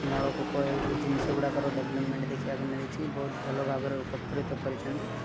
ନଳକୂପ ହେଉ ଜିନିଷ ଗୁଡ଼ାକର ଡେଭଲପମେଣ୍ଟ୍ ଦେଖିବାକୁ ମିଳିଛି ବହୁତ ଭଲ ଭାବରେ ଉପକୃତ କରିଛନ୍ତି